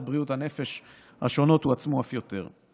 בריאות הנפש השונות הועצמה אף יותר.